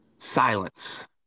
Silence